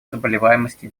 заболеваемости